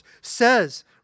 says